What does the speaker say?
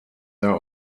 their